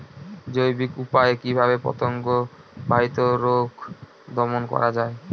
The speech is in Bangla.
জৈবিক উপায়ে কিভাবে পতঙ্গ বাহিত রোগ দমন করা যায়?